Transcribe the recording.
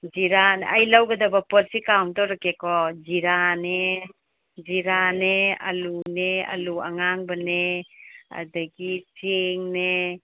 ꯖꯤꯔꯥ ꯑꯩꯅ ꯂꯧꯒꯗꯕ ꯄꯣꯠꯁꯤ ꯀꯥꯎꯟꯠ ꯇꯧꯔꯛꯀꯦꯀꯣ ꯖꯤꯔꯥꯅꯦ ꯖꯤꯔꯥꯅꯦ ꯑꯂꯨꯅꯦ ꯑꯂꯨ ꯑꯉꯥꯡꯕꯅꯦ ꯑꯗꯒꯤ ꯆꯦꯡꯅꯦ